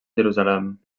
jerusalem